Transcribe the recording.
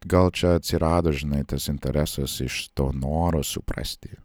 gal čia atsirado žinai tas interesas iš to noro suprasti